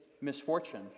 misfortune